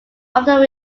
often